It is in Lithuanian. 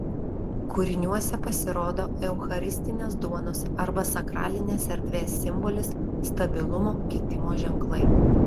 kūriniuose pasirodo eucharistinės duonos arba sakralinės erdvės simbolis stabilumo kitimo ženklai